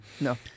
No